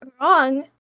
wrong